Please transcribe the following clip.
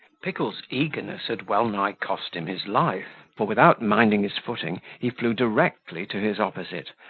pickle's eagerness had well nigh cost him his life for, without minding his footing, he flew directly to his opposite,